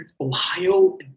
Ohio